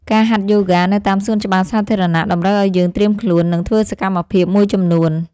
ការហាត់យូហ្គានៅតាមសួនច្បារសាធារណៈ តម្រូវឲ្យយើងត្រៀមខ្លួន និងធ្វើសកម្មភាពមួយចំនួន។